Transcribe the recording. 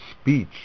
speech